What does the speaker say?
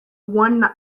one